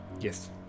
Yes